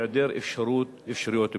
בהיעדר אפשרויות בנייה.